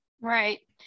Right